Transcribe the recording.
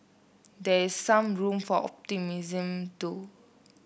there is some room for optimism though